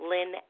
Lynn